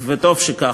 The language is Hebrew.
וטוב שכך.